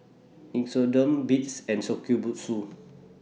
Nixoderm Beats and Shokubutsu